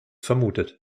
vermutet